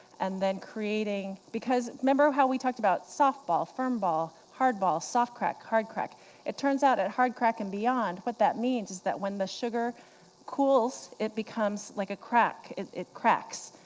and then creating because remember how we talked about soft ball, firm ball, hard ball, soft crack, hard crack it turns out at hard crack and beyond, what that means is that when the sugar cools, it becomes like a crack. it it cracks.